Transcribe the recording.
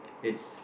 it's